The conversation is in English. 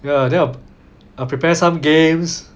ya then I'll I'll prepare some games